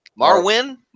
Marwin